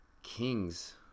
Kings